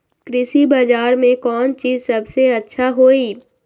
कृषि बजार में कौन चीज सबसे अच्छा होई?